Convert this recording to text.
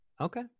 Okay